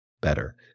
better